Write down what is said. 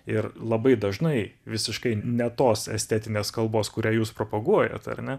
ir labai dažnai visiškai ne tos estetinės kalbos kurią jūs propaguojat ar ne